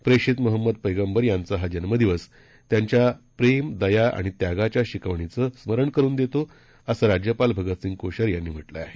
प्रेषित मोहम्मद पैगंबर यांचा हा जन्मदिवस त्यांच्या प्रेम दया आणि त्यागाच्या शिकवणीचं स्मरण करुन देतो असं राज्यपाल भगतसिंग कोश्यारी यांनी म्हटलं आहे